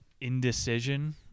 Indecision